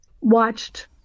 watched